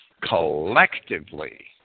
collectively